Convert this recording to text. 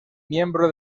miembro